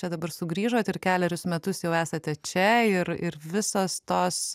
čia dabar sugrįžot ir kelerius metus jau esate čia ir ir visos tos